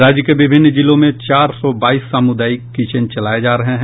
राज्य के विभिन्न जिलों में चार सौ बाईस सामुदायिक किचेन चलाए जा रहे हैं